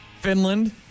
Finland